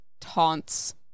taunts